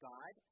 God